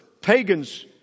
pagans